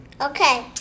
Okay